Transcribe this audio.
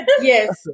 Yes